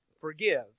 forgive